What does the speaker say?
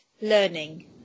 learning